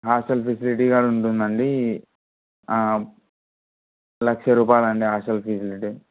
hostel facility కూడా ఉంటుందండి లక్ష రూపాయలండి హాస్టల్ ఫెసిలిటీ